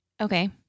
Okay